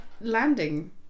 landing